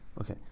Okay